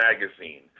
Magazine